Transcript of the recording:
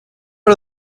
are